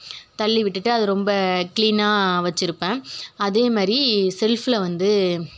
தள்ளிவிட்டுட்டு அது ரொம்ப கிளீனாக வச்சுருப்பேன் அதே மாதிரி ஷெல்ப்பில் வந்து